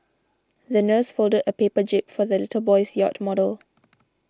the nurse folded a paper jib for the little boy's yacht model